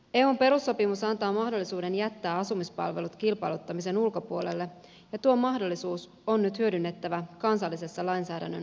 eun perussopimus antaa mahdollisuuden jättää asumispalvelut kilpailuttamisen ulkopuolelle ja tuo mahdollisuus on nyt hyödynnettävä kansallisessa lainsäädännön uudistamistyössä